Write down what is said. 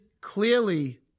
clearly